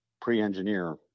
pre-engineer